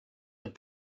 with